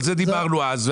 על זה דיברנו אז,